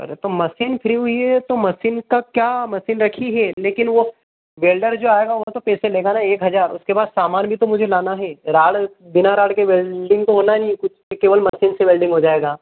अरे तो machine free हुई है तो मसीन का क्या मसीन रखी है लेकिन वो वेल्डर जो आएगा वो तो पैसे लेगा ना एक हजार उसके बाद सामान भी तो मुझे लाना हैं राड बिना राड के वेल्लडिंग तो होना नहीं कुछ कि केवल मसीन से वेल्डिंग हो जाएगा